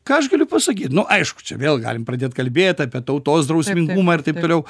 ką aš galiu pasakyt nu aišku čia vėl galim pradėt kalbėt apie tautos drausmingumą ir taip toliau